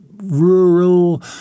rural